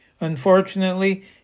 Unfortunately